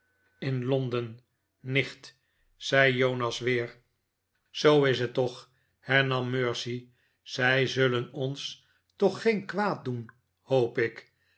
londen nicht zei jonas weer zoo is t toch hernam mercy zij zullen ons toch geen kwaad doen hoop ik